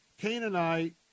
Canaanite